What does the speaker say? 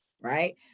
Right